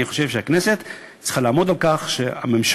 אני חושב שהכנסת צריכה לעמוד על כך שהממשלה,